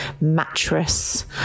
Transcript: mattress